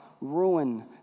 ruin